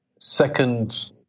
Second